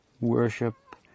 worship